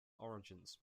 origins